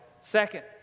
Second